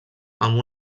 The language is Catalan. amb